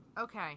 Okay